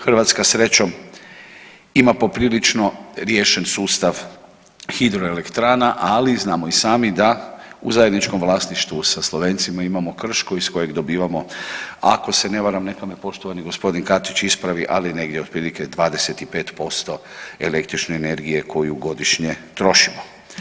Hrvatska srećom ima poprilično riješen sustav hidroelektrana, ali znamo i sami da u zajedničkom vlasništvu sa Slovencima imamo Krško iz kojeg dobivamo ako se ne varam, neka me poštovani gospodin Katić ispravi ali negdje otprilike 25% električne energije koju godišnje trošimo.